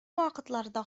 вакытларда